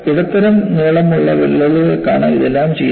ഇടത്തരം നീളമുള്ള വിള്ളലുകൾക്കാണ് ഇതെല്ലാം ചെയ്യുന്നത്